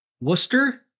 Worcester